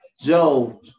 Joe